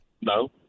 No